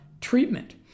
treatment